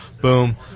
Boom